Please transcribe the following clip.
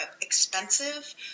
expensive